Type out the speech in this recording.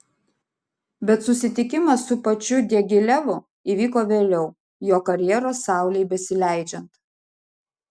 bet susitikimas su pačiu diagilevu įvyko vėliau jo karjeros saulei besileidžiant